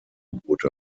boote